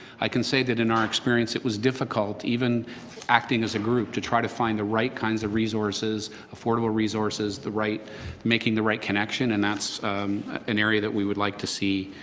i can say that in our experience it was difficult even acting as a group to try to find the right kinds of resources, affordable resource, the right making the right connection and that's an area that we would like to see